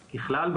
ככלל,